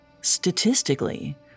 Statistically